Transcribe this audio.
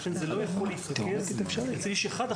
לכן זה לא יכול להתרכז אצל איש אחד,